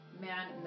man